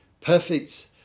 perfect